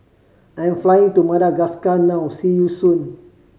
I'm flying to Madagascar now see you soon